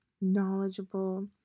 knowledgeable